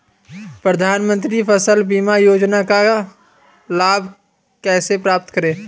प्रधानमंत्री फसल बीमा योजना का लाभ कैसे प्राप्त करें?